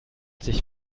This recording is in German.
sich